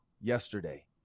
yesterday